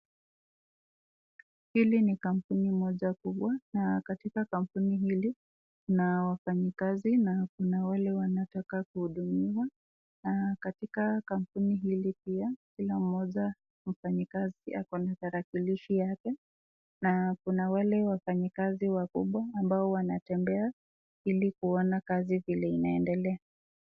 Hili ni kampuni moja kubwa ,na katika kampuni hili na wafanyikazi na wale wanataka kuhudumiwa, na katika kampuni hili pia moja wafanyikazi wako na tarakilishi yake ,na kuna wale wafanyikazi wakubwa ambao wanatembea ilikuona kazi vile inaendelea.